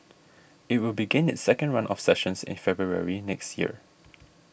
it will begin its second run of sessions in February next year